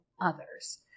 others